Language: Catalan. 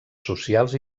socials